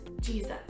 Jesus